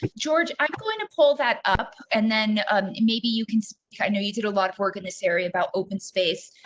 george, i'm going to pull that up and then maybe you can i know you did a lot of work in this area about open space,